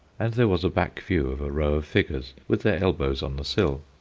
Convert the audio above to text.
and there was a back view of a row of figures with their elbows on the sill.